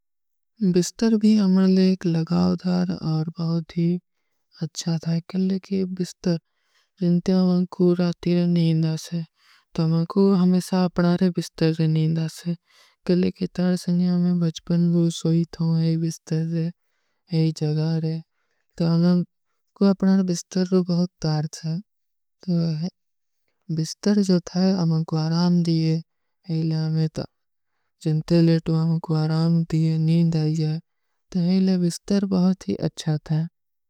ବିସ୍ତର ଭୀ ଅମେରେ ଏକ ଲଗାଵଧାର ଔର ବହୁତ ହୀ ଅଚ୍ଛା ଥା। କିଲେ କେ ବିସ୍ତର, ଜିନତେ ହମେଂ କୂରାତୀର ନୀନ ଦାସେ। ତୋ ହମେଂ କୂର ଅପନାରେ ବିସ୍ତର ନୀନ ଦାସେ। କିଲେ କେ ତରସନିଯା ମେଂ ବଚ୍ପନ ଵୋ ସୋଈ ଥୋଂ ଏଇ ବିସ୍ତର ଦେ, ଏଇ ଜଗାରେ। ତୋ ହମେଂ କୂର ଅପନାରେ ବିସ୍ତର ବହୁତ ତାର୍ଥ ହୈ। ବିସ୍ତର ଜୋ ଥା ହୈ, ଅମେଂ କୂରାମ ଦିଯେ, ହେଲେ ହମେଂ ତା। ଜିନତେ ଲେଟୋ, ଅମେଂ କୂରାମ ଦିଯେ, ନୀନ ଦାସେ। ତୋ ହେଲେ ବିସ୍ତର ବହୁତ ହୀ ଅଚ୍ଛା ଥା।